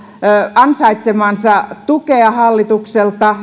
ansaitsemaansa tukea hallitukselta